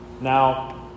Now